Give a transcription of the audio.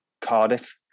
cardiff